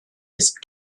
ist